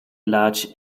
large